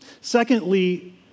Secondly